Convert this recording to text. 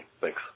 Thanks